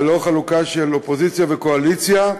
ללא חלוקה של אופוזיציה וקואליציה.